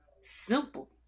Simple